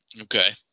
Okay